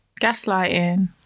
Gaslighting